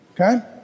okay